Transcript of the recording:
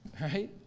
Right